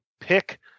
pick